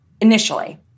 initially